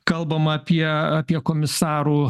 kalbama apie apie komisarų